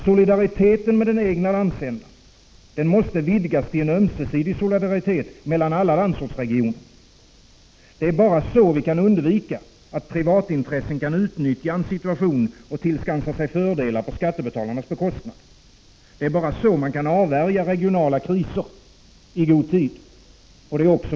Solidariteten med den egna landsändan måste vidgas till en ömsesidig solidaritet mellan alla landsortsregioner. Bara så kan vi undvika att privatintressen kan utnyttja en situation och tillskansa sig fördelar på skattebetalarnas bekostnad. Bara så kan man i god tid avvärja regionala kriser.